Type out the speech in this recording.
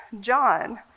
John